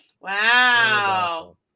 Wow